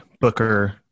Booker